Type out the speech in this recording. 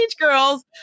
girls